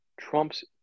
Trump's